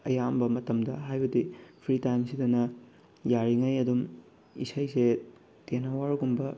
ꯑꯌꯥꯝꯕ ꯃꯇꯝꯗ ꯍꯥꯏꯕꯗꯤ ꯐ꯭ꯔꯤ ꯇꯥꯏꯝꯁꯤꯗꯅ ꯌꯥꯔꯤꯈꯩ ꯑꯗꯨꯝ ꯏꯁꯩꯁꯦ ꯇꯦꯟ ꯑꯋꯥꯔꯒꯨꯝꯕ